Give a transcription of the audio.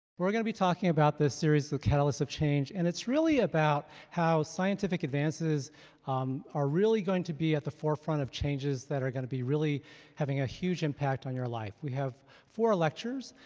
we're gonna be talking about this series, the catalysts of change, and it's really about how scientific advances um are really going to be at the forefront of changes that are gonna be really having a huge impact on your life. we have four lectures.